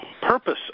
purpose